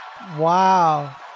Wow